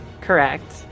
Correct